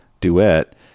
Duet